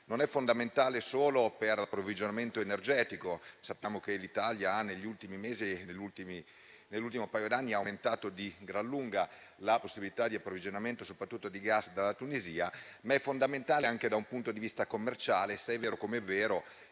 non è fondamentale solo per l'approvvigionamento energetico (sappiamo che l'Italia ha negli ultimi anni aumentato di gran lunga la possibilità di approvvigionamento soprattutto di gas dalla Tunisia), ma è fondamentale anche da un punto di vista commerciale, se è vero come è vero